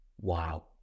Wow